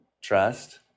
trust